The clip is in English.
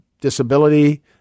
disability